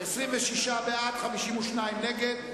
26 בעד, 52 נגד.